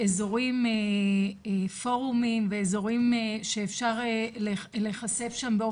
פורומים באזורים שאפשר להיחשף שם,